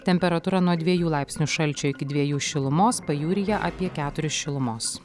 temperatūra nuo dviejų laipsnių šalčio iki dviejų šilumos pajūryje apie keturis šilumos